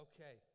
Okay